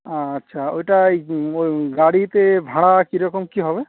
আচ্ছা ওইটা ওই গাড়িতে ভাড়া কিরকম কি হবে